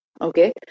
Okay